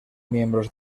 miembros